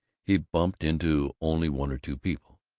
he bumped into only one or two people.